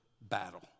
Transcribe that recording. battle